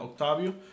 Octavio